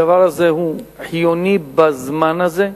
הדבר הזה הוא חיוני בזמן הזה,